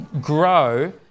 grow